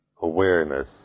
awareness